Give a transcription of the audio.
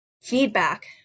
feedback